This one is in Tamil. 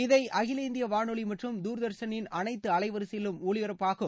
இதை அகில இந்திய வானொலி மற்றும் துர்தர்ஷனின் அனைத்து அலைவரிசையிலும் ஒலிப்பரப்பும்